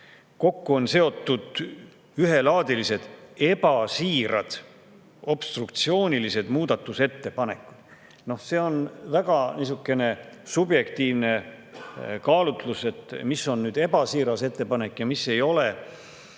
kokku on seotud ühelaadilised ja ebasiirad obstruktsioonilised muudatusettepanekud. Need on väga subjektiivsed kaalutlused. Mis on ebasiiras ettepanek ja mis ei ole?